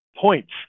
points